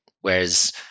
whereas